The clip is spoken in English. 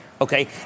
Okay